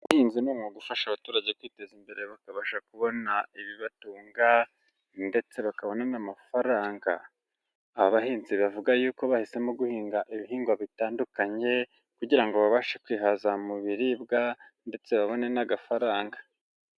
Ubuhinzi ni umwuga ufasha abaturage kwiteza imbere bakabasha kubona ibibatunga ndetse bakabona n'amafaranga. Aba bahinzi bavuga yuko bahisemo guhinga ibihingwa bitandukanye, kugira ngo babashe kwihaza mu biribwa ndetse babone n'agafaranga.